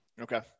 Okay